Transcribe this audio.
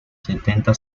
setenta